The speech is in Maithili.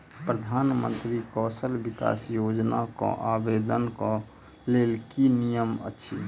प्रधानमंत्री कौशल विकास योजना केँ आवेदन केँ लेल की नियम अछि?